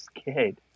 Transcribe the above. scared